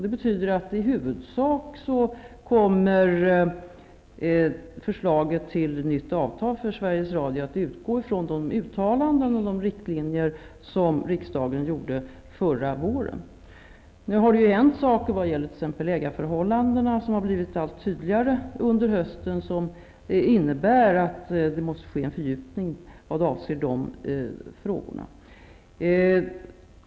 Det betyder att i huvudsak kommer förslaget till nytt avtal för Sveriges Radio att utgå från de uttalanden som riksdagen gjorde förra våren och de riktlinjer som då angavs. Nu är det en sak vad gäller t.ex. ägandeförhållandena som framträtt allt tydligare under hösten och som innebär att det måste ske en fördjupning när det gäller de här frågorna.